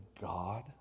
God